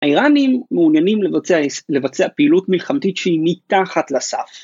‫האירנים מעוניינים לבצע פעילות ‫מלחמתית שהיא מתחת לסף.